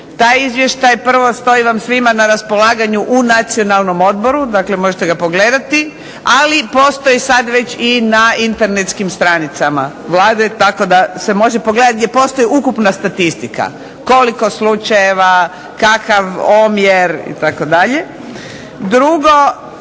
Taj izvještaj stoji vam svima na raspolaganju u Nacionalnom odboru možete ga pogledati ali postoji sada već na internetskim stranicama Vlade, gdje postoji ukupna statistika, koliko slučajeva, kakav omjer itd. Drugo,